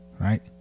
Right